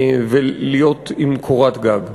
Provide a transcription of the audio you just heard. ולהיות תחת קורת גג.